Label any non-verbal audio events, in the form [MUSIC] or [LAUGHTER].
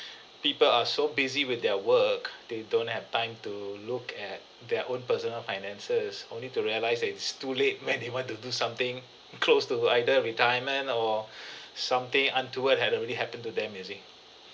[BREATH] people are so busy with their work they don't have time to look at their own personal finances only to realise it's too late [LAUGHS] when they want to do something close to either retirement or [BREATH] something untoward had already happened to them you see